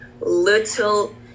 little